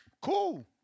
cool